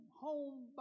home